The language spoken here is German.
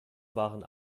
waren